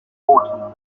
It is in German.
booten